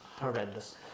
horrendous